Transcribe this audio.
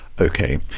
Okay